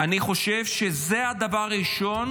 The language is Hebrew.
אני חושב שזה הדבר הראשון